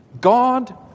God